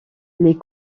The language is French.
les